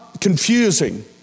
confusing